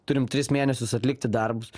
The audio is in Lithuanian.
turim tris mėnesius atlikti darbus